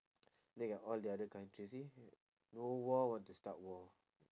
then you got all the other countries you see no war want to start war